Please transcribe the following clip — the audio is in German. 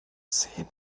szenen